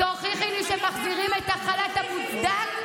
תוכיחי לי שמחזירים את החל"ת המוצדק.